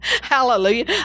Hallelujah